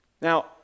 Now